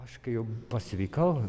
aš kai jau pasveikau